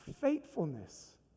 Faithfulness